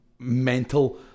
mental